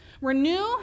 Renew